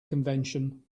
convention